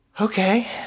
Okay